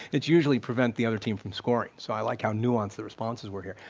it's usually prevent the other team from scoring. so i like how nuanced the responses were here.